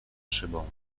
szybą